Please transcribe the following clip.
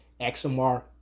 XMR